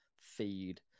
feed